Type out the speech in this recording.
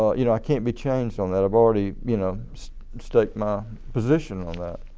you know i can't be changed on that, i've already you know staked my position on that.